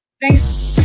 thanks